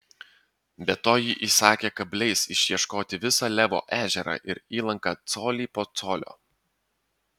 be to ji įsakė kabliais išieškoti visą levo ežerą ir įlanką colį po colio